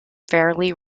fairly